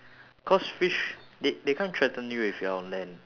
cause fish they they can't threaten you if you're on land